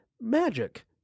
magic